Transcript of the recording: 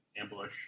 ambush